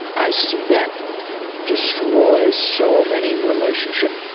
i see that destroy so many relationship,